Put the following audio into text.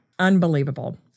Unbelievable